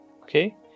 okay